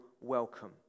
welcome